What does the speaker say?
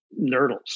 nurdles